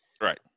Right